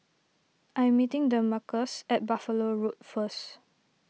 I'm meeting Demarcus at Buffalo Road first